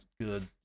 good